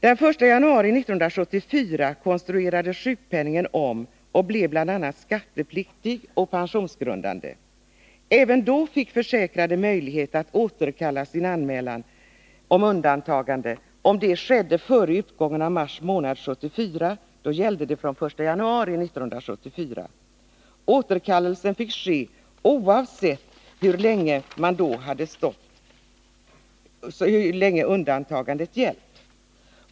Den 1 januari 1974 konstruerades sjukpenningen om och blev bl.a. skattepliktig och pensionsgrundande. Även då fick försäkrade möjlighet att återkalla sin anmälan om undantagande, och om detta skedde före utgången av mars månad 1974 gällde det fr.o.m. den 1 januari 1974. Återkallelse fick ske oavsett hur länge undantagandet gällt.